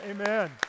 amen